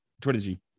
trilogy